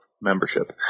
membership